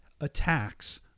attacks